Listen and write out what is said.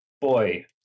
boy